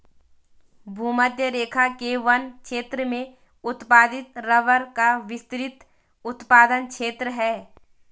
भूमध्यरेखा के वन क्षेत्र में उत्पादित रबर का विस्तृत उत्पादन क्षेत्र है